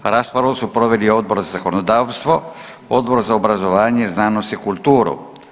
Raspravu su proveli Odbor za zakonodavstvo, Odbor za obrazovanje, znanost i kulturu.